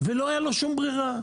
ולא הייתה לו שום ברירה.